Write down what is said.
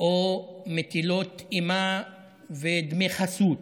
או מטילות אימה ודמי חסות,